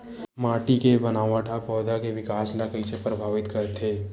माटी के बनावट हा पौधा के विकास ला कइसे प्रभावित करथे?